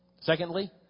Secondly